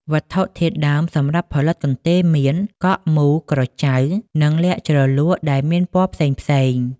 វត្ថុធាតុដើមសំរាប់ផលិតកន្ទេលមាន កក់មូល ក្រចៅ និងល័ខជ្រលក់ដែល មានពណ៌ផ្សេងៗ។